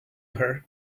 her